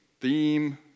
theme